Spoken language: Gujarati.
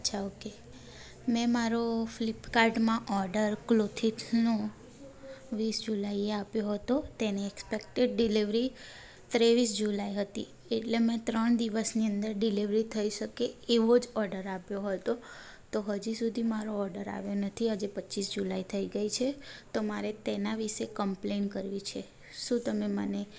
અચ્છા ઓકે મેં મારો ફ્લિપકાર્ટમાં ઓર્ડર ક્લોથીંગનો વીસ જુલાઈએ આપ્યો હતો તેની એક્સપેક્ટેડ ડિલિવરી ત્રેવીસ જુલાઈ હતી એટલે મેં ત્રણ દિવસની અંદર ડિલિવરી થઈ શકે એવો જ ઓર્ડર આપ્યો હતો તો હજી સુધી મારો ઓર્ડર આવ્યો નથી આજે પચ્ચીસ જુલાઈ થઈ ગઈ છે તો મારે તેના વિશે કમ્પ્લેન કરવી છે શું તમે મને